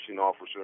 officer